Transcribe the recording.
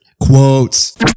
Quotes